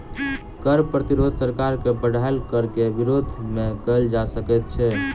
कर प्रतिरोध सरकार के बढ़ायल कर के विरोध मे कयल जा सकैत छै